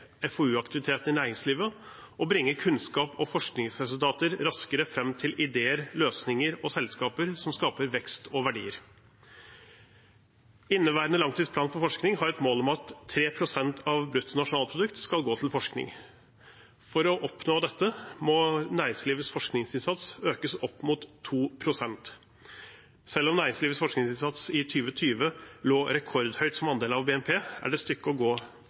i næringslivet og bringer kunnskap og forskningsresultater raskere fram til ideer, løsninger og selskaper som skaper vekst og verdier. Inneværende langtidsplan for forskning har et mål om at 3 pst. av bruttonasjonalprodukt skal gå til forskning. For å oppnå dette må næringslivets forskningsinnsats økes opp mot 2 pst. Selv om næringslivets forskningsinnsats i 2020 lå rekordhøyt som andel av BNP, er det et stykke å gå